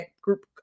group